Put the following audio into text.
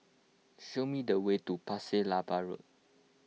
show me the way to Pasir Laba Road